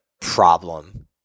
problem